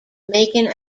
making